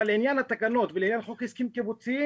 אבל לעניין התקנות ולעניין חוק הסכמים קיבוציים,